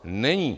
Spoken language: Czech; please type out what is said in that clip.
Není.